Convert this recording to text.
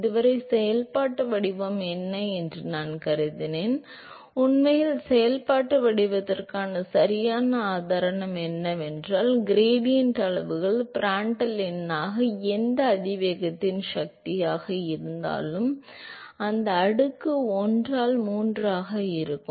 இதுவரை செயல்பாட்டு வடிவம் என்ன என்று நான் கருதினேன் ஆனால் உண்மையில் செயல்பாட்டு வடிவத்திற்கான சரியான ஆதாரம் என்னவென்றால் கிரேடியன்ட் அளவுகள் பிராண்டல் எண்ணாக எந்த அதிவேகத்தின் சக்தியாக இருந்தாலும் அந்த அடுக்கு 1 ஆல் 3 ஆக இருக்கும்